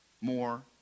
more